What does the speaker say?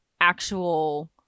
actual